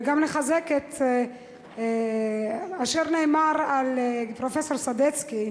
וגם לחזק את אשר נאמר על פרופסור סדצקי.